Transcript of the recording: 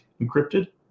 encrypted